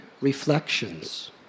reflections